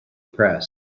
pressed